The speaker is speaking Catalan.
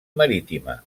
marítima